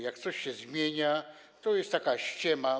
Jak coś się zmienia, to jest taka ściema.